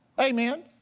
Amen